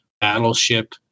battleship